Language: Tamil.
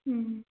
ம்